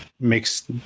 makes